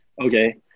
okay